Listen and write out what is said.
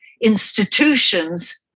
institutions